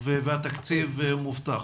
והתקציב מובטח?